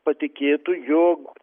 patikėtų jog